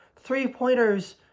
Three-pointers